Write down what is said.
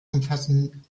umfassen